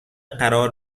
قرار